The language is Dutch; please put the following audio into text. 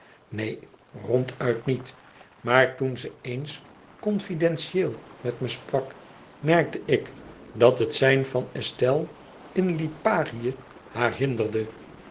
neen ronduit niet maar toen ze eens confidentieel met me sprak merkte ik dat het zijn van estelle in liparië haar hinderde